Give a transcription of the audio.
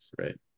right